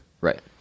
Right